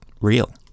real